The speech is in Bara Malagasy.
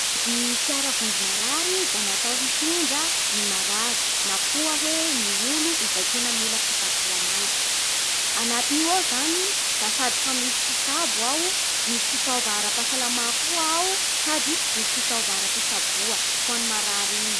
Ny fiara vonjimarary da natao hitondra ny marary na koa hoe ny olo izay tena mila fitsaboa maiky. Anatin'io ao zany da fa misy mpitsabo ao, misy fitaova ara-pahasalama koa ao sady misy fitaova aram-pitsaboa ho an'ny marary igny.